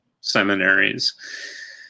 seminaries